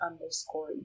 underscore